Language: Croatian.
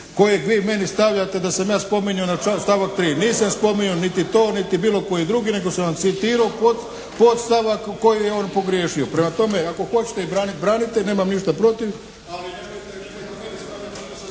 kojeg vi meni stavljate da sam ja spominjao na stavak 3. Nisam spominjao niti to niti bilo koji drugi nego sam vam citirao podstavak koji je on pogriješio. Prema tome, ako hoćete ih braniti branite, nemam ništa protiv